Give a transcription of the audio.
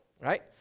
right